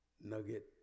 Nugget